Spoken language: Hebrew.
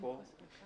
הסביבה.